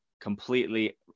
completely